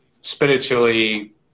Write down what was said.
spiritually